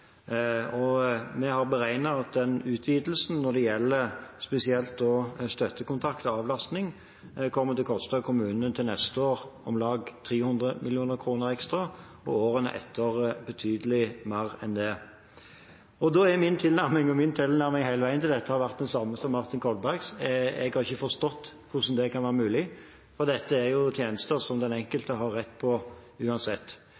arbeidet som ble igangsatt under den forrige regjering, bryter det forslaget som er fremmet i dag, med det prinsippet. Vi har beregnet at utvidelsen når det gjelder spesielt støttekontakt og avlastning, til neste år kommer til å koste kommunene om lag 300 mill. kr ekstra og årene etter betydelig mer enn det. Min tilnærming – og min tilnærming til dette har hele veien vært den samme som Martin Kolbergs – er at jeg ikke har forstått hvordan det kan være mulig, for dette